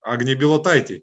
agnei bilotaitei